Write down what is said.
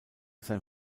sein